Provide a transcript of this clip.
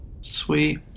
Sweet